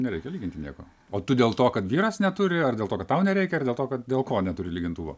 nereikia lyginti nieko o tu dėl to kad vyras neturi ar dėl to kad tau nereikia ar dėl to kad dėl ko neturi lygintuvo